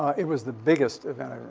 it was the biggest event.